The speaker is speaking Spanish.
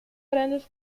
grandes